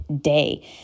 day